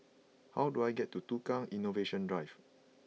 how do I get to Tukang Innovation Drive